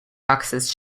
access